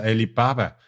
Alibaba